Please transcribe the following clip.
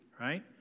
right